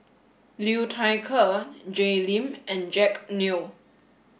Liu Thai Ker Jay Lim and Jack Neo